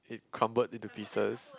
it crumbled into pieces